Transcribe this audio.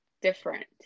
different